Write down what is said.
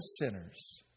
sinners